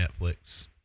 Netflix